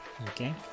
okay